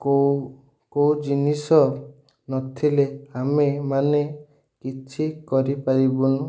କୋଉ କୋଉ ଜିନିଷ ନଥିଲେ ଆମେମାନେ କିଛି କରିପାରିବୁନୁ